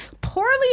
poorly